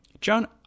John